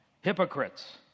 Hypocrites